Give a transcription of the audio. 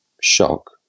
shock